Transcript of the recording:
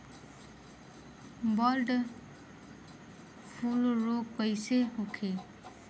Bird flu रोग कईसे होखे?